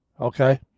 okay